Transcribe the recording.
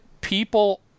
people